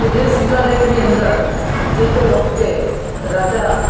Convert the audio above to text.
કે જે શિલાલેખની અંદર જે તે વખતે રાજા